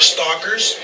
Stalkers